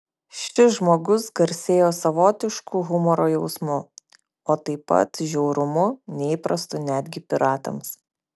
šis žmogus garsėjo savotišku humoro jausmu o taip pat žiaurumu neįprastu netgi piratams